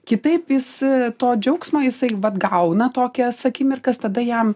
kitaip jis to džiaugsmo jisai vat gauna tokias akimirkas tada jam